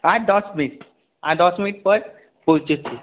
আর দশ মিনিট আর দশ মিনিট পর পৌঁছোচ্ছি